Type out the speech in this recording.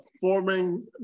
forming